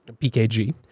PKG